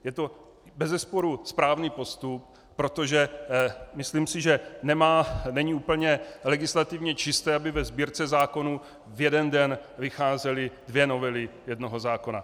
Je to bezesporu správný postup, protože si myslím, že není úplně legislativně čisté, aby ve Sbírce zákonů v jeden den vycházely dvě novely jednoho zákona.